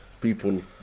people